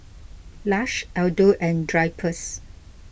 Lush Aldo and Drypers